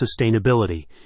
sustainability